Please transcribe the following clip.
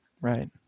right